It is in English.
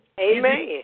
Amen